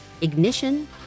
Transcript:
ignition